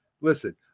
listen